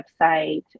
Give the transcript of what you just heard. website